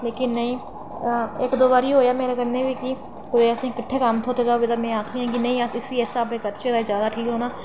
लेकिन नेईं इक दो बारी होएआ मेरे कन्नै बी कि कुतै असें ई किट्ठे कम्म थ्होए दा होए ते में आखनियां कि नेईं अस इसी आपै करचै जैदा ठीक रौह्ना